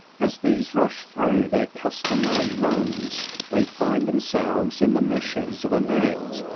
as these rush through their customary runs they find themselves in the meshes of a net,